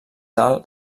alt